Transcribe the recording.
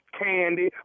candy